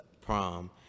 prom